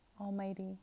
Almighty